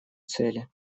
цели